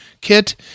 kit